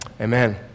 Amen